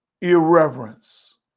Irreverence